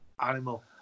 animal